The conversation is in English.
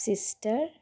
sister